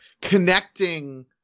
connecting